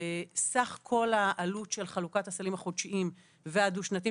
סך כל העלות של חלוקת הסלים החודשיים והדו-שנתי,